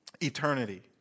eternity